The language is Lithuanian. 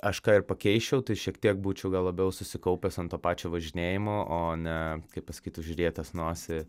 aš ką ir pakeisčiau tai šiek tiek būčiau gal labiau susikaupęs ant to pačio važinėjimo o ne kaip pasakyt užrietęs nosį